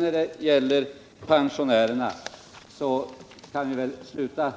När det gäller pensionärerna kan vi väl sluta